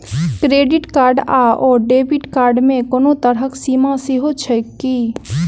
Credit card आओर debit card मे कोनो तरहक सीमा सेहो छैक की?